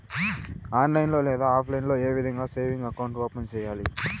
online లో లేదా offline లో ఏ విధంగా సేవింగ్ అకౌంట్ ఓపెన్ సేయాలి